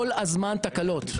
כל הזמן תקלות.